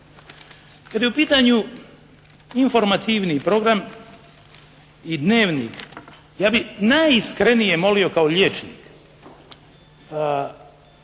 Kada je u pitanju informativni program i “Dnevnik“ ja bih najiskrenije molio kao liječnik